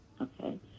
Okay